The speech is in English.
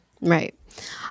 Right